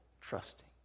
trusting